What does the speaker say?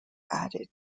added